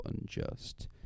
unjust